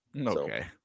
Okay